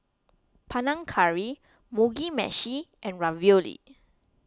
Panang Curry Mugi Meshi and Ravioli